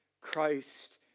Christ